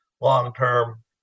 long-term